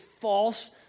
false